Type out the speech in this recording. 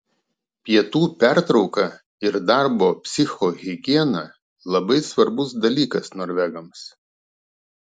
pietų pertrauka ir darbo psichohigiena labai svarbus dalykas norvegams